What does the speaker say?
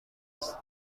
است